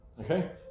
okay